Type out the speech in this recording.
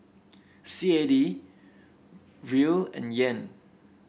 C A D Riel and Yen